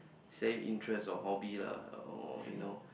same interest or hobby lah or you know